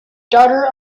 daughter